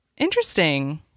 interesting